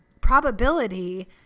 probability